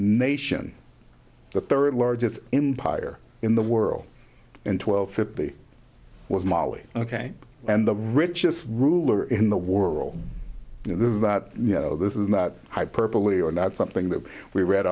nation the third largest in pyar in the world and twelve fifty was mali ok and the richest ruler in the world you know this about you know this is not hyperbole or not something that we read